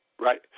Right